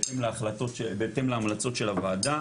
בהתאם להמלצות של הוועדה,